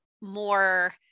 more